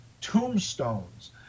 tombstones